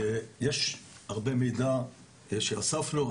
יש הרבה מידע שאספנו.